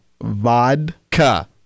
Vodka